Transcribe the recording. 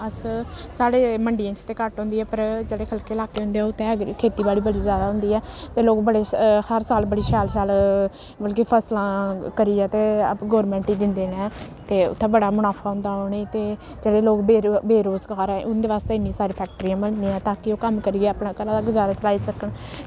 अस साढ़े मंडियें च ते घट्ट होंदी ऐ पर जेह्ड़े ख'लके लाकै होंदे ऐ उत्थै ऐग्री खेती बाड़ी बड़ी जैदा होंदी ऐ ते लोक बड़े हर साल बड़ी शैल शैल मतलब कि फसलां करियै ते गौरमैंट गी दिंदे न ते उत्थै बड़ा मुनाफा होंदा उ'नें गी ते जेह्ड़े लोक बेरो बेरोजगार ऐ उं'दे बास्तै इन्नी सारी फैक्टरियां बनी दियां ताकि ओह् कम्म करियै अपने घरै दा गुजारा चलाई सकन